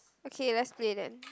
okay let's play then